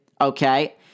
okay